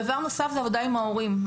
דבר נוסף זה עבודה עם ההורים.